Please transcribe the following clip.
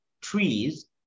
trees